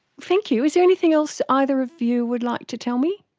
thank you. is there anything else either of you would like to tell me?